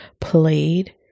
played